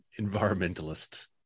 environmentalist